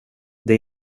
det